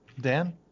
Dan